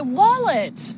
wallet